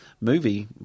movie